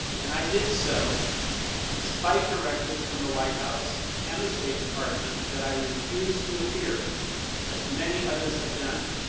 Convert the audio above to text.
and i did so despite directives from the white house, and the state department, that i refused to appear as many others have done.